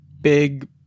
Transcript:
big